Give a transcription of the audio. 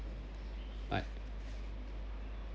bye